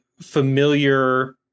familiar